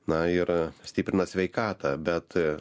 na ir stiprina sveikatą bet